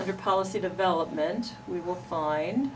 have a policy development we will fin